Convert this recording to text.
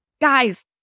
guys